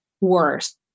worse